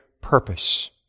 purpose